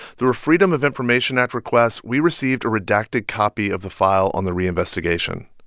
through a freedom of information act request, we received a redacted copy of the file on the reinvestigation.